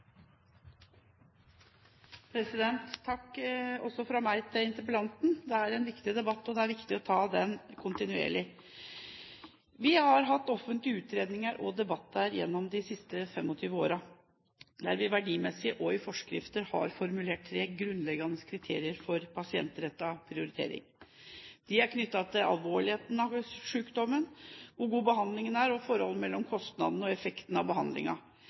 Det er en viktig debatt, og det er viktig å ta den kontinuerlig. Vi har hatt offentlige utredninger og debatter gjennom de siste 25 årene, der vi verdimessig og i forskrifter har formulert tre grunnleggende kriterier for pasientrettet prioritering. Disse er knyttet til sykdommens alvorlighet, hvor god behandlingen er og forholdet mellom kostnaden og effekten av